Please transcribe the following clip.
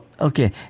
Okay